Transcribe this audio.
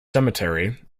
cemetery